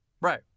Right